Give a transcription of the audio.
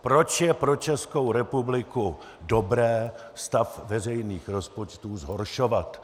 Proč je pro Českou republiku dobré stav veřejných rozpočtu zhoršovat?